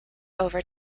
over